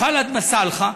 ח'אלד מסאלחה,